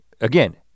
Again